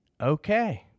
Okay